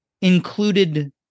included